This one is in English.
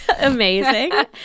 Amazing